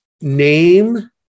name